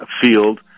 field